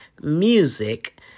music